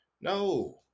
no